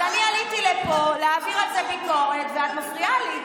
אז אני עליתי לפה להעביר על זה ביקורת ואת מפריעה לי.